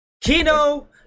Kino